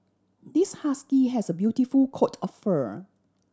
this husky has a beautiful coat of fur